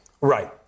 Right